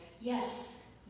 yes